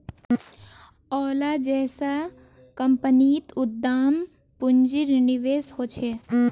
ओला जैसा कम्पनीत उद्दाम पून्जिर निवेश होछे